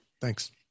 thanks